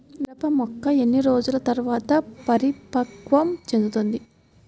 మిరప మొక్క ఎన్ని రోజుల తర్వాత పరిపక్వం చెందుతుంది?